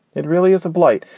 it really is a blight.